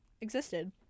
existed